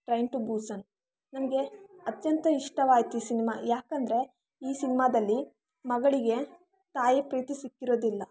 train to Busan ನನಗೆ ಅತ್ಯಂತ ಇಷ್ಟವಾಯಿತು ಸಿನಿಮಾ ಯಾಕೆಂದ್ರೆ ಈ ಸಿನಿಮಾದಲ್ಲಿ ಮಗಳಿಗೆ ತಾಯಿ ಪ್ರೀತಿ ಸಿಕ್ಕಿರೋದಿಲ್ಲ